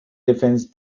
defence